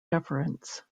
deference